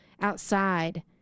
outside